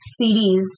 CDs